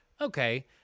Okay